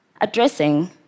addressing